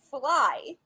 fly